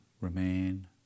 remain